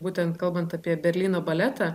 būtent kalbant apie berlyno baletą